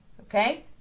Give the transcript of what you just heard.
okay